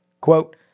Quote